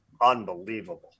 unbelievable